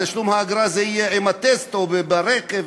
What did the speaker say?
תשלום האגרה יהיה עם הטסט ברכב.